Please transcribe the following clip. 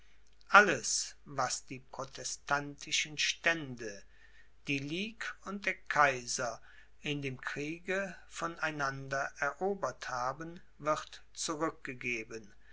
alles was die protestantischen stände die ligue und der kaiser in dem kriege von einander erobert haben wird zurückgegeben